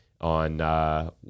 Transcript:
on –